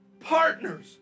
Partners